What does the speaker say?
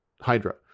Hydra